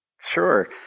Sure